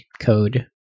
code